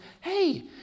hey